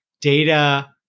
data